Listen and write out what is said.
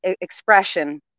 expression